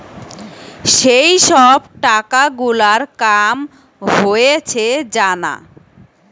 যেই সব টাকা গুলার কাম হয়েছে জানা